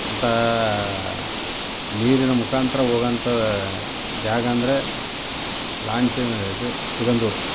ಅಂಥ ನೀರಿನ ಮುಖಾಂತರ ಹೋಗೋವಂಥ ಜಾಗ ಅಂದರೆ ಲಾಂಚ್ ಇದು ಸಿಗಂದೂರು